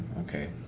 okay